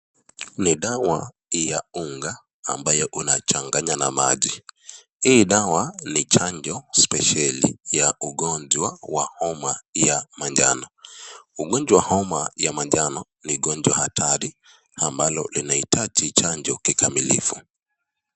Ni dawa ya unga ambayo unachanganya na maji hii dawa ni chanjo spesheli ya ugonjwa wa homa ya manjano. Ugonjwa wa homa ya manjano ni gonjwa hatari ambalo linahitaji chanjo kikamilifu.